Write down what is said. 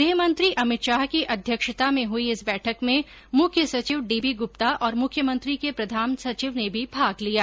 गृहमंत्री अमित शाह की अध्यक्षता में हुई इस बैठक में मुख्य सचिव डीबी गुप्ता और मुख्यमंत्री के प्रधान सचिव ने भी भाग लिया